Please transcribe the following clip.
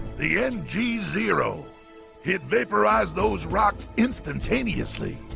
the n g zero hit vaporized those rocks instantaneously,